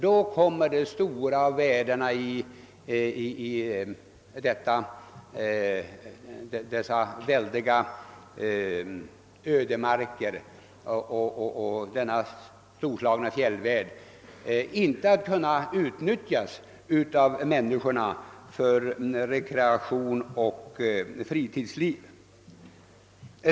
Då kommer de stora värdena i dessa väldiga ödemarker och i denna storslagna fjällvärld inte att kunna utnyttjas, icke ens för turism och fritidsliv.